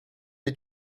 est